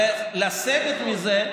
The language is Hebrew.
ולסגת מזה,